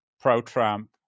pro-Trump